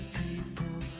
people